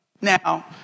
Now